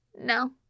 No